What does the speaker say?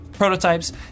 prototypes